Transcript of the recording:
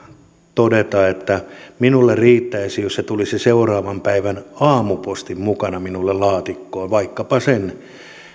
todeta että minulle riittäisi jos se tulisi seuraavan päivän aamupostin mukana minulle laatikkoon vaikkapa sen